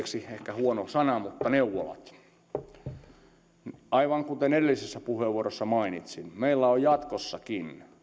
huono sana mutta neuvolat aivan kuten edellisessä puheenvuorossa mainitsin meillä on jatkossakin